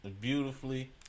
beautifully